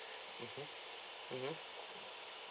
mmhmm mmhmm